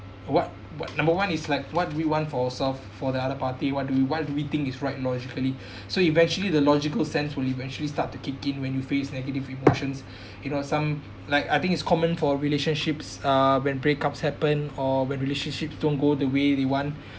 what what number one is like what we want for ourself for the other party what do we what do we think is right logically so eventually the logical sense will eventually start to kick in when you face negative emotions you know some like I think it's common for relationships uh when break-ups happen or when relationships don't go the way they want